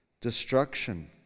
destruction